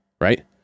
right